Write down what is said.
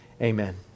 Amen